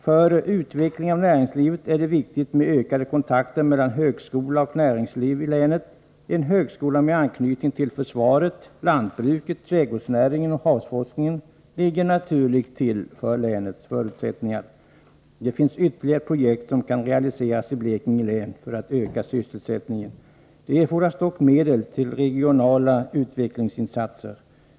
För utveckling av näringslivet är det viktigt med ökade kontakter mellan högskola och näringsliv i länet. En högskola med anknytning till försvaret, lantbruket, trädgårdsnäringen och havsforskningen ligger naturligt till med tanke på länets förutsättningar. Det finns ytterligare projekt som kan realiseras i Blekinge län för att öka sysselsättningen. Det erfordras dock medel till regionala utvecklingsinsatser.